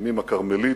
לימים הכרמלית.